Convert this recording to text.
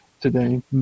today